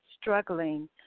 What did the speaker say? struggling